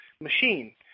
machine